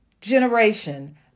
generation